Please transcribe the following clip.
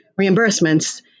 reimbursements